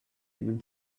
even